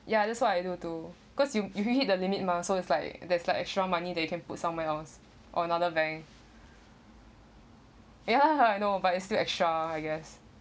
ya that's why I do too cause you if you hit the limit mah so it's like that's like extra money that you can put somewhere else or another bank ya I know but it's still extra I guess